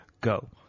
go